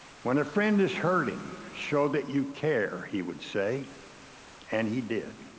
when a friend is hurting, show that you care he would say and he did.